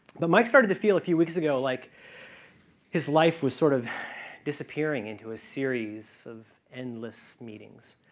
but mike started to feel a few weeks ago like his life was sort of disappearing into a series of endless meetings.